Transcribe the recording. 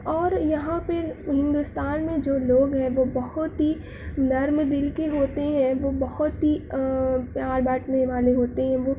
اور یہاں پر ہندوستان میں جو لوگ ہیں وہ بہت ہی نرم دل کے ہوتے ہیں وہ بہت ہی پیار بانٹنے والے ہوتے ہیں وہ